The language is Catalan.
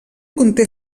conté